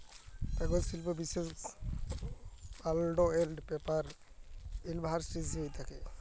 কাগজ শিল্প বিশেষ পাল্প এল্ড পেপার ইলডাসটিরি থ্যাকে হ্যয়